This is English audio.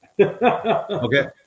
Okay